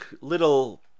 little